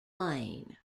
lane